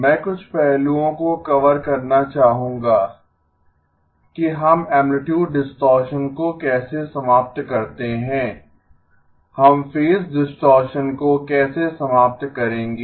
मैं कुछ पहलुओं को कवर करना चाहूंगा कि हम ऐमप्लितुड डिस्टॉरशन को कैसे समाप्त करते हैं हम फेज डिस्टॉरशन को कैसे समाप्त करेंगे